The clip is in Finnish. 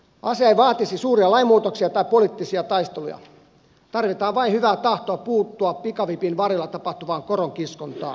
asia ei vaatisi suuria lainmuutoksia tai poliittisia taisteluja tarvitaan vain hyvää tahtoa puuttua pikavipin varjolla tapahtuvaan koronkiskontaan